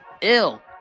Ill